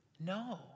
No